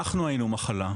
אנחנו היינו מחלה,